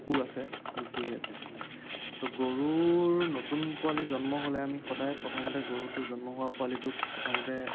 কুকুৰ আছে মেকুৰী আছে ত' গৰুৰ নতুন পোৱালি জন্ম হ'লে আমি সদায় প্ৰথমতে গৰুটোৰ জন্ম হোৱা পোৱালিটোক প্ৰথমতে